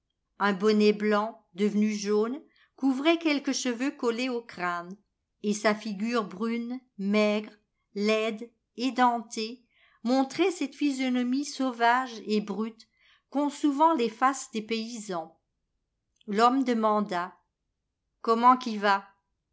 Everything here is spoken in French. un bonnet blanc devenu jaune couvrait quelques cheveux collés au crâne et sa figure brune maigre laide édentée montrait cette physionomie sauvage et brute qu'ont souvent les faces des paysans l'homme demanda comment qu'y va